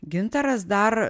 gintaras dar